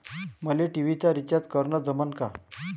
मले टी.व्ही चा रिचार्ज करन जमन का?